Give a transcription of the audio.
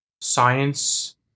science